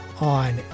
on